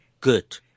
Good